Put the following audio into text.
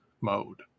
mode